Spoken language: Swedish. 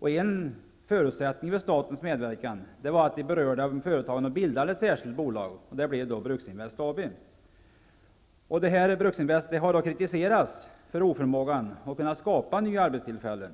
En förutsättning för statens medverkan var att de berörda företagen bildade ett särskilt bolag, och det blev Bruksinvest AB. Bruksinvest har kritiserats för sin oförmåga att skapa nya arbetstillfällen.